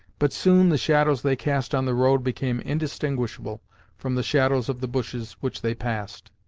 but soon the shadows they cast on the road became indistinguishable from the shadows of the bushes which they passed.